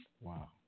Wow